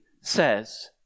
says